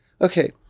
okay